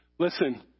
Listen